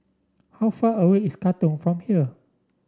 how far away is Katong from here